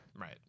Right